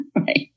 Right